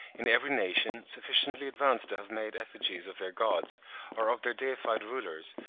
in every nation sufficiently advanced to have made effigies of their gods or of their deified rulers,